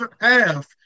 Half